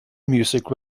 music